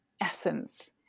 essence